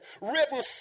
Written